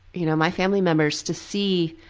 you know, my family members to see,